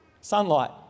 Sunlight